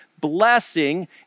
blessing